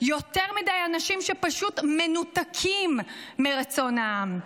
יותר מדי אנשים שפשוט מנותקים מרצון העם.